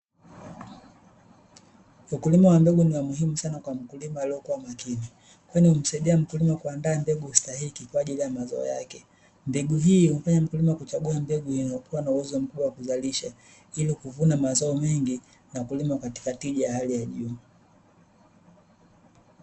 Ukulima wa mbegu ni wa muhimu sana kwa mkulima aliyekuwa makini kwani humsaidia mkulima kuandaa mbegu stahiki kwa ajili ya mazao yake, mbegu hiyo humfanya mkulima kuchaguwa mbegu iliyokuwa na uwezo mkubwa wa kuzalisha ili kuvuna mazao mengi na kulima katika tija ya hali ya juu.